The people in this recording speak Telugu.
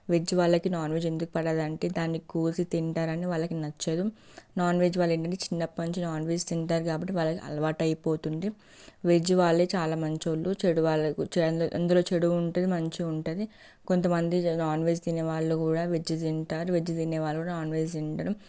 వెజ్ వాళ్ళకి నాన్వెజ్ ఎందుకు పడదు అంటే దాన్ని కోసి తింటారని వాళ్ళకి నచ్చదు నాన్వెజ్ వాళ్ళకి చిన్నప్పటి నుంచి నాన్వెజ్ తింటారు కాబట్టి అలవాటు అయిపోతుంది వెజ్ వాళ్ళే చాలా మంచోళ్ళు చెడు వాళ్ళ అందులో చెడు ఉంటుంది మంచి ఉంటుంది కొంతమంది నాన్వెజ్ తినే వాళ్ళు కూడా వెజ్ తింటారు వెజ్ తినే వాళ్ళు కూడా నాన్వెజ్ తింటారు